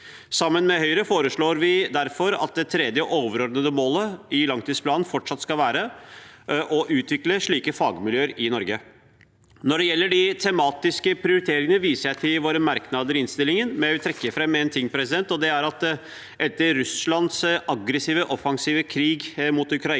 Sammen med Høyre foreslår vi derfor at det tredje overordnede målet i langtidsplanen fortsatt skal være å utvikle slike fagmiljøer i Norge. Når det gjelder de tematiske prioriteringene, viser jeg til våre merknader i innstillingen, men jeg vil trekke fram én ting: Etter at Russland startet sin aggressive, offensive krig mot Ukraina